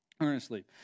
Earnestly